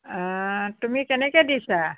তুমি কেনেকৈ দিছা